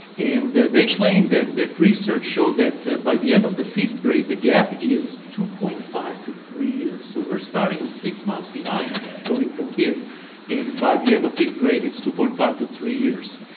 and they claim that that research showed that by the end of the fifth grade the gap is two point five to three years. so we're starting six months behind low income kids and by the end of fifth grade it's two point five to three years.